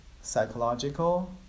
psychological